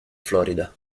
florida